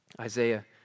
Isaiah